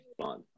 fun